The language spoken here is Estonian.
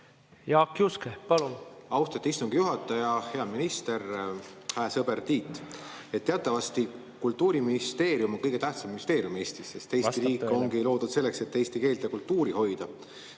Jaak Juske, palun!